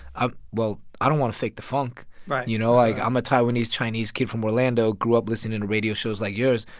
i well, i don't want to fake the funk right you know? like, i'm a taiwanese-chinese kid from orlando, grew up listening to radio shows like yours.